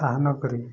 ତାହା ନ କରି